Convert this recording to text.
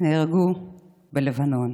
נהרגו בלבנון.